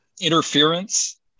Interference